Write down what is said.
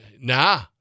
Nah